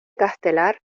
castelar